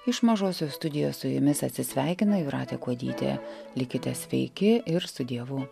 iš mažosios studijos su jumis atsisveikina jūratė kuodytė likite sveiki ir su dievu